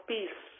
Peace